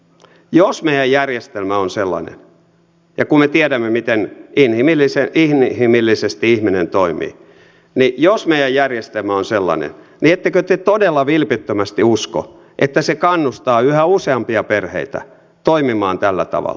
jos meidän järjestelmä on sellainen ja kun me tiedämme miten inhimillisen ihmisen yleisesti hän toimi mei jos inhimillisesti ihminen toimii niin ettekö te todella vilpittömästi usko että se kannustaa yhä useampia perheitä toimimaan tällä tavalla